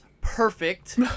perfect